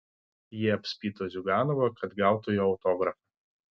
jie apspito ziuganovą kad gautų jo autografą